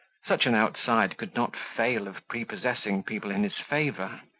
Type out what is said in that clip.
such an outside could not fail of people in his favour.